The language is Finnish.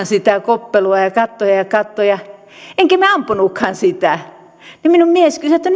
sitä koppeloa ja ja katsoin ja katsoin enkä minä ampunutkaan sitä ja minun mieheni kysyi että